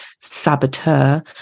saboteur